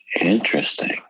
Interesting